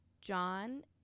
John